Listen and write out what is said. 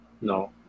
No